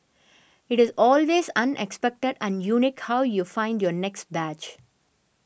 it is always unexpected and unique how you find your next badge